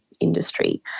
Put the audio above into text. industry